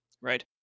right